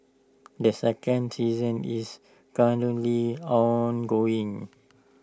the second season is currently ongoing